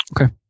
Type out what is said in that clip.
Okay